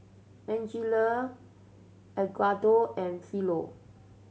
Angela Edgardo and Philo